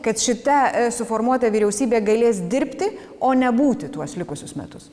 kad šita suformuota vyriausybė galės dirbti o ne būti tuos likusius metus